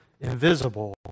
invisible